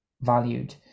valued